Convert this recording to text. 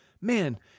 Man